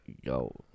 Yo